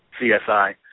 CSI